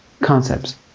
concepts